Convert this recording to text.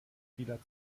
vieler